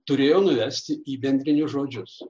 turėjo vesti į bendrinius žodžius